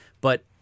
but-